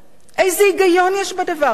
איזה היגיון יש בדבר הזה?